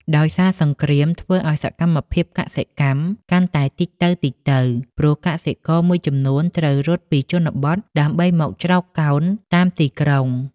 ដោយសារសង្គ្រាមធ្វើឲ្យសកម្មភាពកសិកម្មកាន់តែតិចទៅៗ ព្រោះកសិករមួយចំនួនត្រូវរត់ពីជនបទដើម្បីមកជ្រកកោនតាមទីក្រុង។